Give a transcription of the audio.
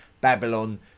Babylon